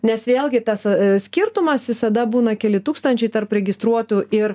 nes vėlgi tas skirtumas visada būna keli tūkstančiai tarp registruotų ir